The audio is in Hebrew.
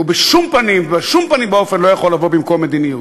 והוא בשום פנים ואופן לא יכול לבוא במקום מדיניות.